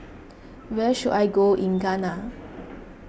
where should I go in Ghana